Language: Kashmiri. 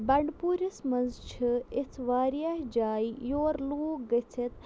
بنٛڈٕپوٗرِس منٛز چھِ اِژھ واریاہ جایہِ یور لوٗکھ گٔژھِتھ